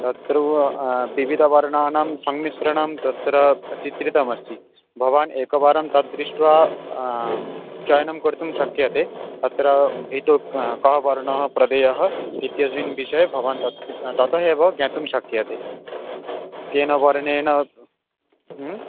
तत्र विविधवर्णानां संमिश्रणं तत्र चित्रितम् अस्ति भवान् एकवारं तत् दृष्ट्वा चयनं कुर्तुं शक्यते अत्र भित्तौ कः वर्णः प्रदेयः इत्यादिं विषये भवान् तत् तत एव ज्ञातुं शक्यते केन वर्णेन